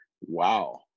Wow